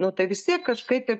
nu tai vis tiek kažkaip taip